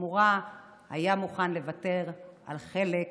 ובתמורה היה מוכן לוותר על חלק